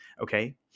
Okay